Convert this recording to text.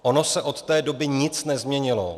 Ono se od té doby nic nezměnilo.